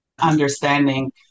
understanding